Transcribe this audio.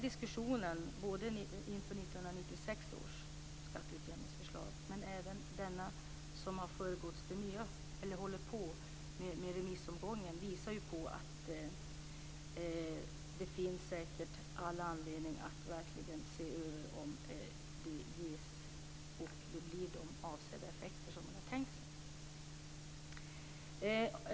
Diskussionen inför 1996 års skatteutjämningsförslag och även denna diskussion visar att det säkert finns all anledning att se över om effekterna blir de avsedda.